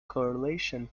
correlation